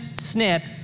snip